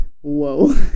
whoa